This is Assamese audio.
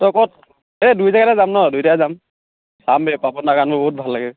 তই ক'ত এই দুয়ো জেগাতে যাম ন' দুয়োটাই যাম চাম বে পাপন দাৰ গানবোৰ বহুত ভাল লাগে